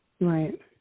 Right